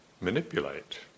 manipulate